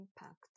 impact